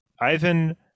Ivan